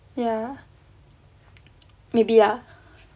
ya maybe ah